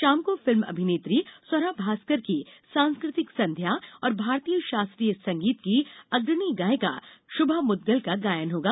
शाम को फिल्म अभिनेत्री स्वरा भास्कर की सांस्कृतिक संध्या और भारतीय शास्त्रीय संगीत की अग्रणी गायिका शुभा मुदगल का गायन होगा